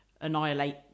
annihilate